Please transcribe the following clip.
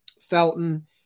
Felton